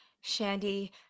Shandy